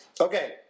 Okay